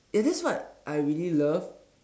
ya that's what I really love